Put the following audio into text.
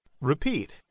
Repeat